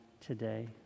today